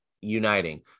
uniting